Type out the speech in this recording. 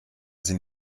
sind